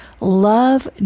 Love